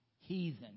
heathen